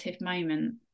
moment